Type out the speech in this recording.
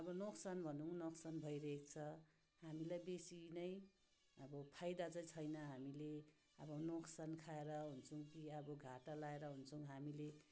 अब नोकसान भनौँ नोकसान भइरहेको छ हामीलाई बेसी नै अब फाइदा चाहिँ छैन हामीले अब नोकसान खाएर हुन्छौँ कि अब घाटा लाएर हुन्छौँ हामीले